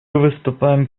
выступаем